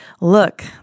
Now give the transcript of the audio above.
Look